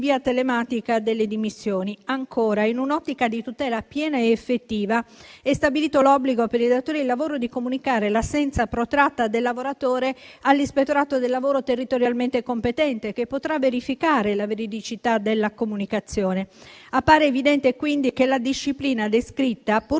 via telematica delle dimissioni. Ancora, in un'ottica di tutela piena ed effettiva, è stabilito l'obbligo per i datori di lavoro di comunicare l'assenza protratta del lavoratore all'Ispettorato del lavoro territorialmente competente, che potrà verificare la veridicità della comunicazione. Appare evidente, quindi, che la disciplina descritta, pur